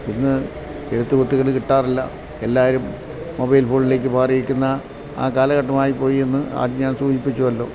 ഇന്ന് എഴുത്തുകുത്തുകള് കിട്ടാറില്ല എല്ലാവരും മൊബൈൽ ഫോണിലേക്കു മാറിയിരിക്കുന്ന ആ കാലഘട്ടമായിപ്പോയി എന്ന് ആദ്യം ഞാൻ സൂിപ്പിച്ചുവല്ലോ